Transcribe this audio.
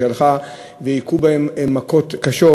והם הכו בהם מכות קשות,